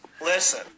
Listen